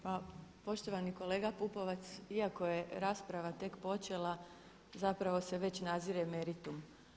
Pa poštovani kolega Pupovac iako je rasprava tek počela zapravo se već nazire meritum.